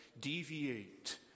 deviate